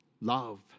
love